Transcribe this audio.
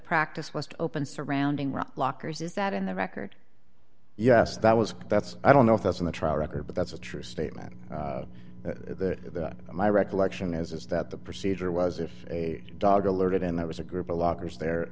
practice was open surrounding rock lockers is that in the record yes that was that's i don't know if that's in the trial record but that's a true statement that my recollection is that the procedure was if a dog alerted and there was a group of lockers there